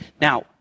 Now